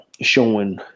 showing